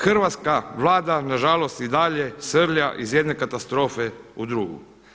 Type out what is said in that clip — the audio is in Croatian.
Hrvatska Vlada nažalost i dalje srlja iz jedne katastrofe u drugu.